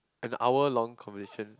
an hour long conversation